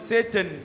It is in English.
Satan